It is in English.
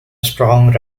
strong